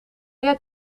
jij